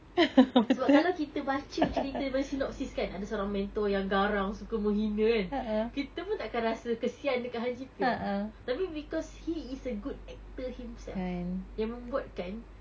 sebab kalau kita baca cerita daripada synopsis kan ada seorang mentor yang garang suka menghinakan kita pun takkan rasa kesian dekat han ji pyeong tapi because he is a good actor himself yang membuatkan